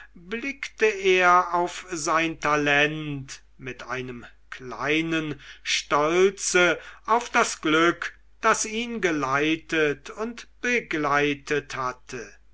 blickte er auf sein talent mit einem kleinen stolze auf das glück das ihn geleitet und begleitet hatte